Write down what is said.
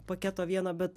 paketo vieno bet